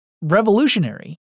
revolutionary